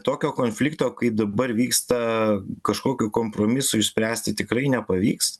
tokio konflikto kai dabar vyksta kažkokių kompromisų išspręsti tikrai nepavyks